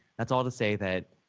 that's all to say that